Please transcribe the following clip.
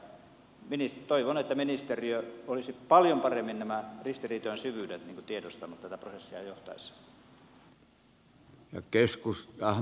totean vain sen että toivon että ministeriö olisi paljon paremmin nämä ristiriitojen syvyydet tiedostanut tätä prosessia johtaessaan